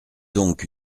donc